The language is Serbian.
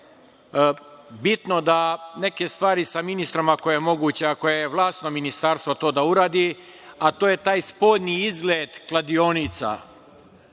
bitno neke stvari sa ministrom, ako je moguća, ako je vlasno ministarstvo to da uradi, a to je taj spoljni izgled kladionica. Vi